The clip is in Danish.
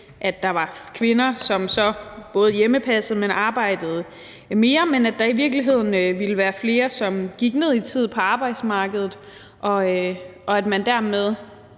at der var kvinder, som så både hjemmepassede, men arbejdede mere, men at der i virkeligheden ville være flere, som gik ned i tid på arbejdsmarkedet, og at man dermed